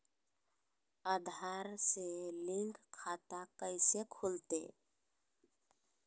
आधार से लिंक खाता कैसे खुलते?